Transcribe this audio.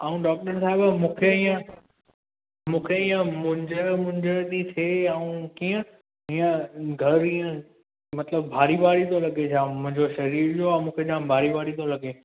ऐं डॉक्टर साहिबु मूंखे इअं मूंखे इअं मुंझ मुंझ थी थिए ऐं किअं हीअं घरु इअं मतिलबु भारी भारी थो लॻे जाम मुंहिंजो सरीर जो ऐं मूंखे जाम भारी भारी थो लॻे